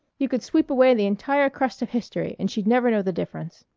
you could sweep away the entire crust of history and she'd never know the difference.